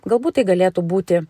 galbūt tai galėtų būti